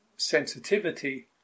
sensitivity